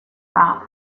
war